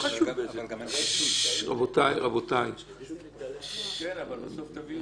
שיש - כשמדובר בסודות מדינות שעלולים לפגוע בביטחון,